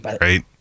right